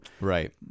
right